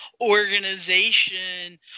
organization